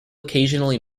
occasionally